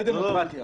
זה דמוקרטיה.